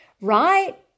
right